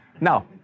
now